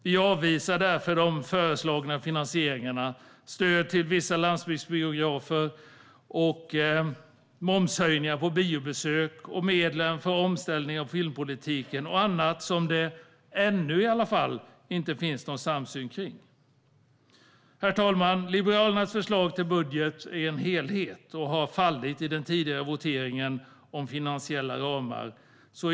Vi avvisar därför de föreslagna finansieringarna, stöd till vissa landsbygdsbiografer, momshöjningar på biobesök och medel för omställning av filmpolitiken och annat som det, ännu i alla fall, inte finns någon samsyn kring. Fru talman! Liberalernas förslag till budget är en helhet som har fallit i den tidigare voteringen om finansiella ramar.